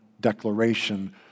declaration